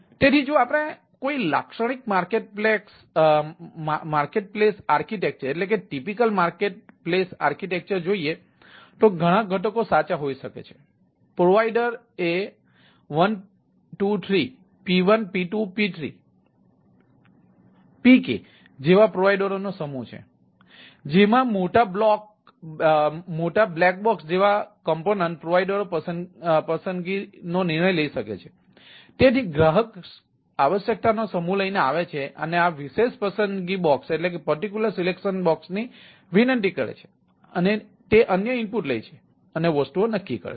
તેથી જો આપણે કોઈ લાક્ષણિક માર્કેટપ્લેસ આર્કિટેક્ચર વિનંતી કરે છે અને તે અન્ય ઇનપુટ લે છે અને વસ્તુઓ નક્કી કરે છે